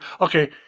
okay